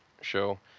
show